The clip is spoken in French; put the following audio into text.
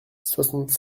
soixante